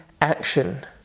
action